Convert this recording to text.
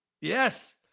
Yes